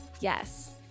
Yes